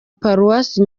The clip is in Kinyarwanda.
paruwasi